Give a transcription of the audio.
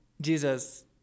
Jesus